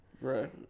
right